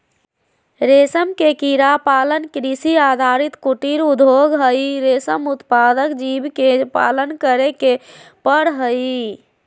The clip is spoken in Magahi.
रेशम के कीड़ा पालन कृषि आधारित कुटीर उद्योग हई, रेशम उत्पादक जीव के पालन करे के पड़ हई